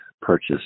purchase